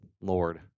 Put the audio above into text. Lord